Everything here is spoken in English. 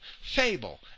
fable